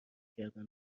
کردن